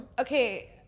Okay